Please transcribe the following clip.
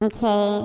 Okay